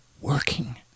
working